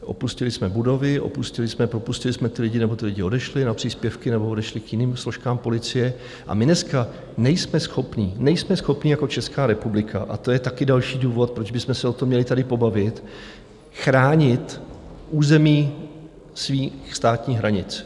Opustili jsme budovy, opustili jsme, propustili jsme ty lidi nebo ti lidé odešli na příspěvky nebo odešli k jiným složkám policie a my dneska nejsme schopni, nejsme schopni jako Česká republika, a to je taky další důvod, proč bychom se o tom měli tady pobavit, chránit území svých státní hranic.